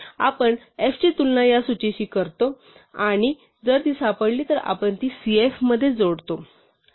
आपण f ची तुलना या सूचीशी करतो आणि जर ती सापडली तर आपण ती cf मध्ये जोडतो